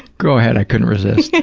go ahead. i couldn't resist.